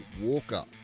Walker